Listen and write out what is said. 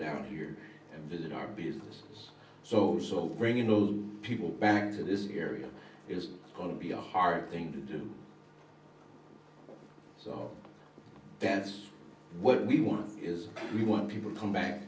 down here and visit our business so sort of bringing those people back to this area is going to be a hard thing to do so that's what we want is we want people to come back